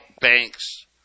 banks